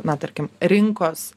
na tarkim rinkos